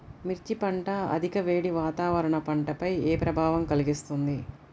మిర్చి పంట అధిక వేడి వాతావరణం పంటపై ఏ ప్రభావం కలిగిస్తుంది?